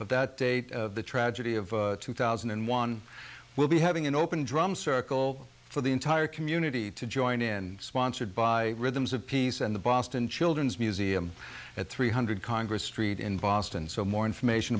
of that date of the tragedy of two thousand and one we'll be having an open drum circle for the entire community to join in sponsored by rhythms of peace and the boston children's museum at three hundred congress street in boston so more information